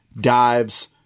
dives